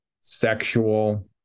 sexual